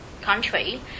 country